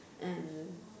and